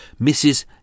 Mrs